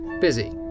Busy